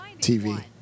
TV